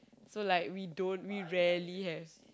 so like we don't we rarely has